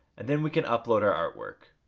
and then we can upload our artwork.